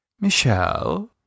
Michelle